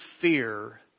fear